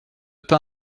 pas